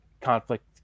conflict